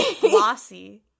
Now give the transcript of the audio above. glossy